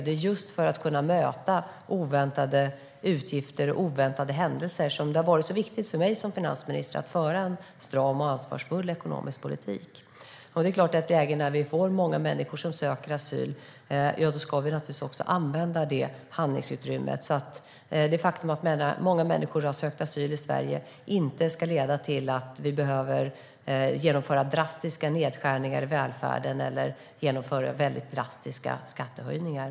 Det är just för att kunna möta oväntade utgifter och oväntade händelser som det har varit så viktigt för mig som finansminister att föra en stram och ansvarsfull ekonomisk politik. I ett läge när många människor har sökt asyl i Sverige ska vi naturligtvis använda detta handlingsutrymme, så att detta faktum inte ska leda till att vi behöver genomföra drastiska nedskärningar i välfärden eller genomföra mycket drastiska skattehöjningar.